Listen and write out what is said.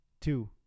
Two